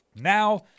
Now